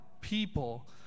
people